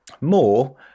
more